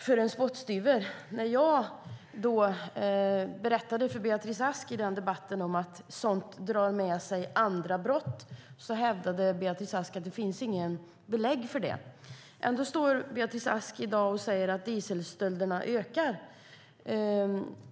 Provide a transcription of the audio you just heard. När jag i den debatten berättade för Beatrice Ask att sådant drar med sig andra brott hävdade Beatrice Ask att det inte finns några belägg för det. Ändå säger Beatrice Ask här i dag att dieselstölderna ökar.